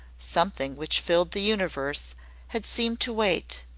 something which filled the universe had seemed to wait,